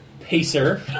pacer